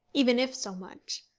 even if so much.